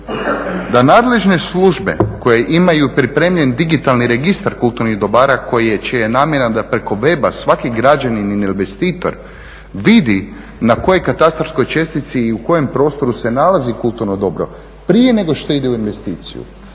da nadležne službe koje imaju pripremljen digitalni registar kulturnih dobara čija je namjena da preko weba svaki građanin ili investitor vidi na kojoj katarskoj čestici i u kojem prostoru se nalazi kulturno dobro. Prije nego što ide u investiciju,